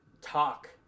talk